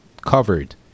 covered